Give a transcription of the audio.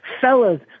fellas